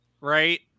Right